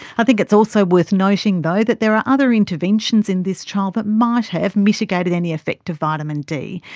i think it's also worth noting though that there are other interventions in this trial that might have mitigated any effect of vitamin d.